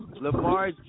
Lamar